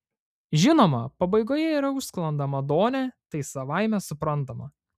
žinoma pabaigoje yra užsklanda madone tai savaime suprantama